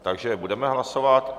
Takže budeme hlasovat.